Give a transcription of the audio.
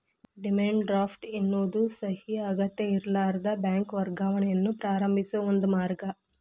demand draft ಎನ್ನೋದು ಸಹಿ ಅಗತ್ಯಇರ್ಲಾರದ ಬ್ಯಾಂಕ್ ವರ್ಗಾವಣೆಯನ್ನ ಪ್ರಾರಂಭಿಸೋ ಒಂದ ಮಾರ್ಗ